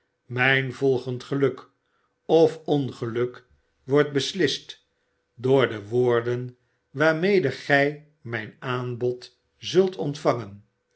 mijn volgend geluk of ongeluk wordt beslist door de woorden waarmede gij mijn aanbod zult ontvangen